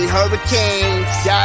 Hurricanes